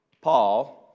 Paul